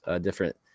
different